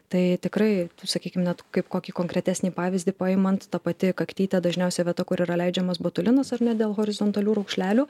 tai tikrai sakykim net kaip kokį konkretesnį pavyzdį paimant ta pati kaktytė dažniausia vieta kur yra leidžiamas botulinas ar ne dėl horizontalių raukšlelių